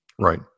Right